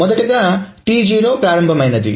ప్రారంభంT0 T0 ప్రారంభమైంది